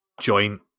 joint